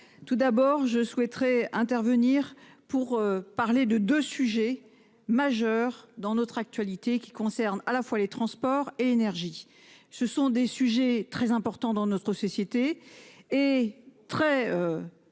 Tout d'abord je souhaiterais intervenir pour parler de 2 sujets majeurs dans notre actualité qui concerne à la fois les transports et énergie. Ce sont des sujets très importants dans notre société et très.